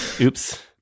oops